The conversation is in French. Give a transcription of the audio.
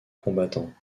combattants